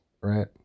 Right